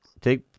take